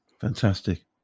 fantastic